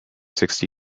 sixty